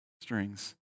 strings